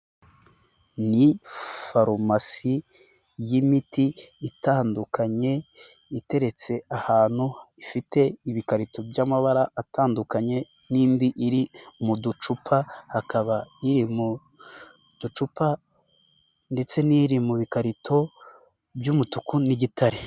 Ni farumasi y'imiti itandukanye iteretse ahantu ifite ibikarito by'amabara atandukanye n'indi iri mu ducupa, hakaba iri mu ducupa ndetse n'iri mu bikarito by'umutuku n'igitare.